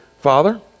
Father